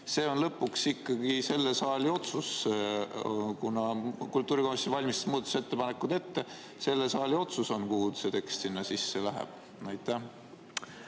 See on lõpuks ikkagi selle saali otsus. Kuna kultuurikomisjon valmistas muudatusettepanekud ette, siis selle saali otsus on, kuhu see tekst sinna sisse läheb. No